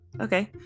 okay